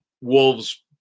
Wolves